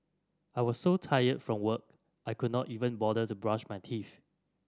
I was so tired from work I could not even bother to brush my teeth